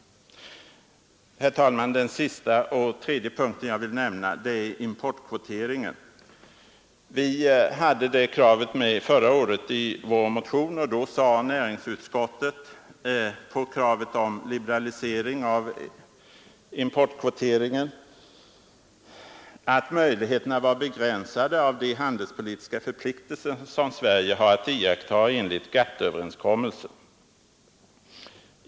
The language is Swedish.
Herr talman! Den tredje och sista punkten som jag vill nämna gäller importkvoteringen. Vi hade kravet på en liberalisering av importkvoteringen med i vår motion förra året, och då sade näringsutskottet att möjligheterna var begränsade på grund av de handelspolitiska förpliktelser Sverige har att iaktta enligt GATT-överenskommelsen.